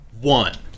one